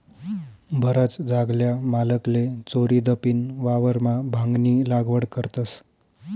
बराच जागल्या मालकले चोरीदपीन वावरमा भांगनी लागवड करतस